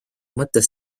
mõttes